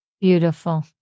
Beautiful